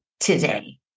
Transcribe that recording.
Today